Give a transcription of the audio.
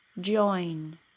join